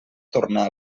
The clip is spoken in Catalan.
tornar